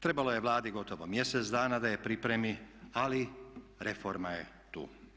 Trebalo je Vladi gotovo mjesec dana da je pripremi ali reforma je tu.